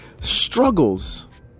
struggles